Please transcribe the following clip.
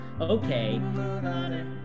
okay